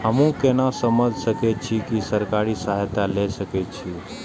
हमू केना समझ सके छी की सरकारी सहायता ले सके छी?